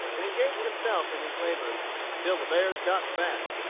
and engaged himself in these labors till the bears got fat.